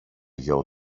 γιο